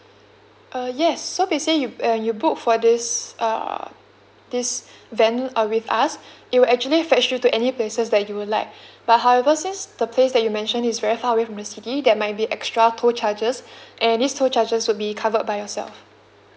err yes so basi~ uh you booked for this err this van uh with us it will actually fetch you to any places that would like but however since the place that you mentioned is very far away from the city that might be extra toll charges and these toll charges would be covered by yourself